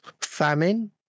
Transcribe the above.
famine